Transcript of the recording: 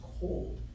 cold